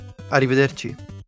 Arrivederci